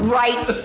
right